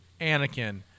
Anakin